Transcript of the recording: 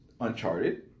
Uncharted